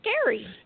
scary